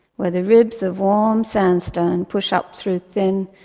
where the ribs of warm sandstone push up through thin,